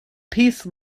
peace